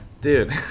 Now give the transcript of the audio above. dude